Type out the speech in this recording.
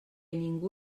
ningú